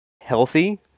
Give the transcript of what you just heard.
healthy